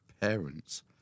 parents